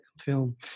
film